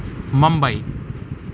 Mumbai